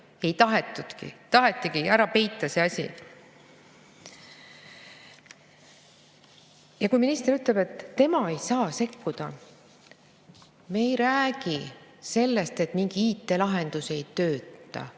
minna. Tahetigi ära peita see asi. Minister ütleb, et tema ei saa sekkuda. Me ei räägi sellest, et mingi IT‑lahendus ei tööta.